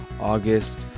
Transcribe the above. August